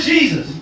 Jesus